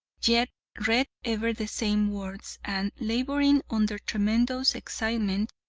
yet read ever the same words, and, laboring under tremendous excitement,